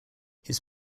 his